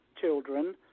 children